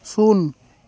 ᱥᱩᱱ